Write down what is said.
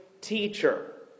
teacher